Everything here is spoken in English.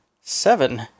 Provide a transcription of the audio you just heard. seven